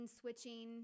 switching